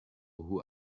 who